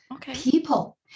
people